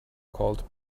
called